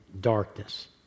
darkness